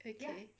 okay